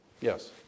Yes